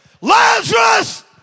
Lazarus